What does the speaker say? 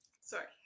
Sorry